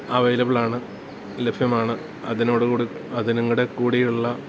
അവൈലബിളാണ് ലഭ്യമാണ് അതിനോടു ക്കൂടി അതിനങ്ങടെ കൂടിയുള്ള